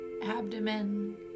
Abdomen